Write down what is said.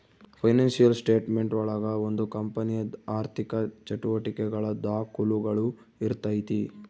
financial statement ಒಳಗ ಒಂದು ಕಂಪನಿಯ ಆರ್ಥಿಕ ಚಟುವಟಿಕೆಗಳ ದಾಖುಲುಗಳು ಇರ್ತೈತಿ